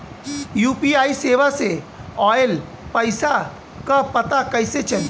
UPI सेवा से ऑयल पैसा क पता कइसे चली?